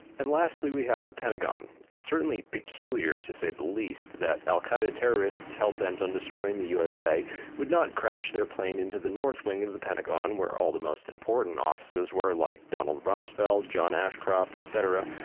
and lastly we have the pentagon. it's certainly peculiar to say the least, that al qaeda terrorists hell bent on destroying the usa would not crash their plane into the north wing of the pentagon where all the most important offices were like donald rumsfeld, john ashcroft, etc.